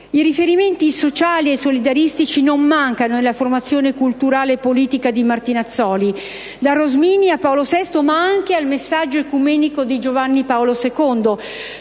I riferimenti sociali e solidaristici non mancano nella formazione culturale e politica di Martinazzoli: da Rosmini a Paolo VI, ma anche al messaggio ecumenico di Giovanni Paolo II